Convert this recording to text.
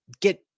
get